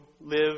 live